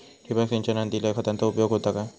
ठिबक सिंचनान दिल्या खतांचो उपयोग होता काय?